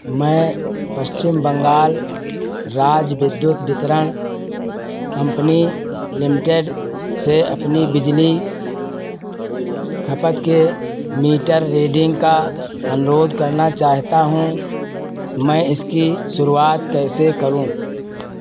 मैं पश्चिम बंगाल राज्य विद्युत वितरण कम्पनी लिमिटेड से अपनी बिजली खपत के मीटर रीडिंग का अनुरोध करना चाहता हूँ मैं इसकी शुरुआत कैसे करूं